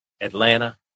Atlanta